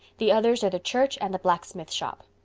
the others are the church and the blacksmith shop.